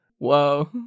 Whoa